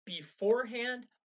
beforehand